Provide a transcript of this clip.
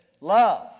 Love